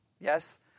yes